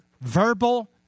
verbal